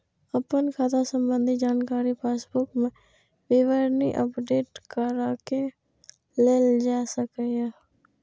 अपन खाता संबंधी जानकारी पासबुक मे विवरणी अपडेट कराके लेल जा सकैए